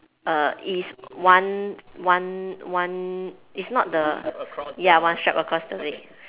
err is one one one it's not the ya one strap across the leg